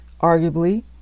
arguably